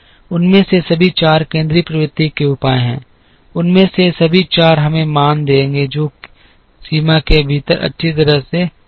उनमें से सभी चार केंद्रीय प्रवृत्ति के उपाय हैं उनमें से सभी चार हमें मान देंगे जो सीमा के भीतर अच्छी तरह से है